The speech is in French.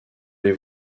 les